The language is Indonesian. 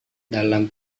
dalam